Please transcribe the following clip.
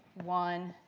one,